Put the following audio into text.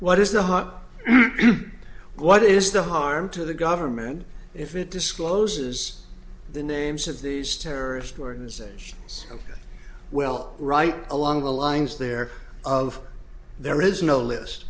what is the hot what is the harm to the government if it discloses the names of these terrorist organizations well right along the lines there of there is no list